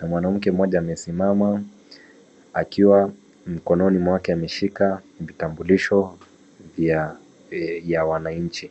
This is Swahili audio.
na mwanamke mmoja amesimama akiwa mkononi mwake ameshika vitambulisho vya wananchi.